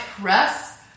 press